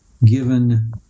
given